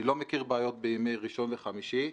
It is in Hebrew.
אני לא מכיר בעיות בימי ראשון וחמישי.